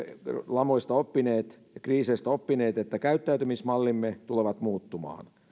lamoista ja kriiseistä oppineet että käyttäytymismallimme tulevat muuttumaan